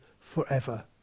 forever